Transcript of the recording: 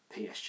PSG